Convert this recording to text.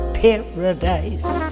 paradise